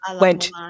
went